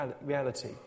reality